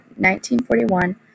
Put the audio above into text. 1941